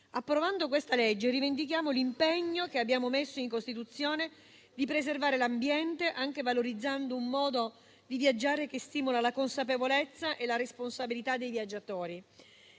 Approvando questa legge rivendichiamo l'impegno, che abbiamo messo in Costituzione, di preservare l'ambiente, anche valorizzando un modo di viaggiare che stimola la consapevolezza e la responsabilità dei viaggiatori.